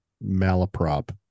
malaprop